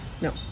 No